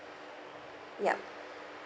yup